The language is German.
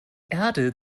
erde